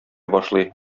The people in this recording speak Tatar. башлый